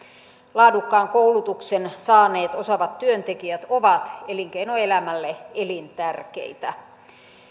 laadukkaan koulutuksen saaneet osaavat työntekijät ovat elinkeinoelämälle elintärkeitä